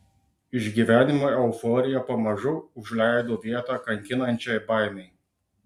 išgyvenimo euforija pamažu užleido vietą kankinančiai baimei